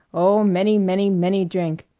oh, many, many, many drink.